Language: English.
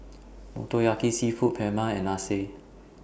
Motoyaki Seafood Paella and Lasagne